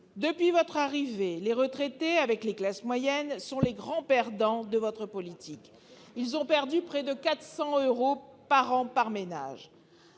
Depuis votre arrivée au pouvoir, les retraités-avec les classes moyennes-sont les grands perdants de votre politique. Ils ont perdu près de 400 euros par an et par ménage.